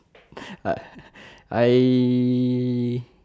I